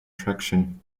traction